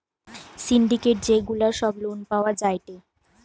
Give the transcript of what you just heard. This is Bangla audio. সিন্ডিকেট যে গুলা সব লোন পাওয়া যায়টে